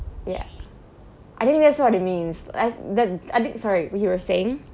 ya I think that's what it means I that I t~ sorry you were saying